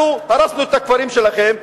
אנחנו הרסנו את הכפרים שלכם,